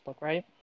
right